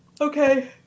Okay